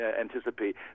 anticipate